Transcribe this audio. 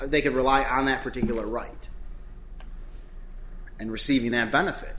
they can rely on that particular right and receiving that benefit